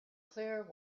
clear